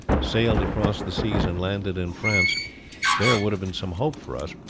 sailed across the seas and landed in france there would have been some hope for us,